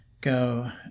go